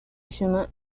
chemins